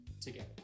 together